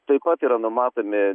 taip pat yra numatomi